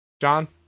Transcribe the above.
John